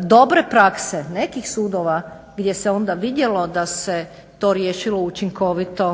dobre prakse dobrih sudova gdje se onda vidjelo da se to riješilo učinkovito